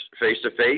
face-to-face